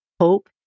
hope